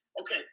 okay